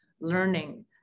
learning